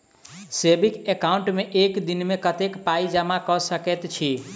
Saving account मे एक दिनमे कतेक पाई जमा कऽ सकैत छी?